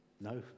No